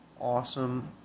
awesome